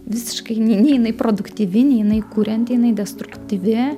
visiškai nei nei jinai produktyvi nei jinai kurianti jinai destruktyvi